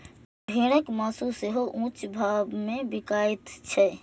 भेड़क मासु सेहो ऊंच भाव मे बिकाइत छै